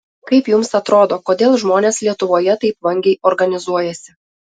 kaip jums atrodo kodėl žmonės lietuvoje taip vangiai organizuojasi